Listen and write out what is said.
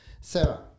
Sarah